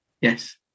Yes